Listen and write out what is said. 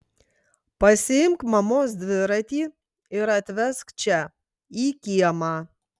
pasiimk mamos dviratį ir atvesk čia į kiemą